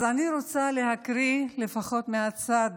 אז אני רוצה להקריא, לפחות מהצד